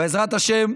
ובעזרת השם,